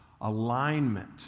alignment